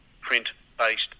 print-based